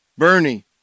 Bernie